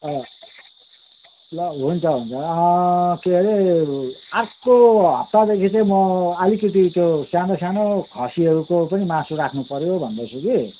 अँ ल हुन्छ हुन्छ के अरे अर्को हप्तादेखि चाहिँ म अलिकति त्यो सानो सानो खसीहरूको पनि मासु राख्नु पऱ्यो भन्दैछु कि